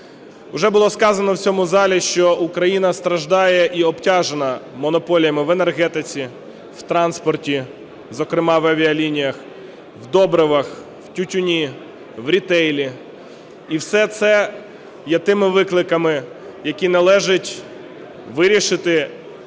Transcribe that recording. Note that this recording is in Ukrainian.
Уже було сказано в цьому залі, що Україна страждає і обтяжена монополіями в енергетиці, в транспорті, зокрема, в авіалініях, в добривах, в тютюні, в рітейлі. І все це є тими викликами, які належить вирішити